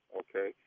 okay